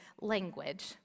language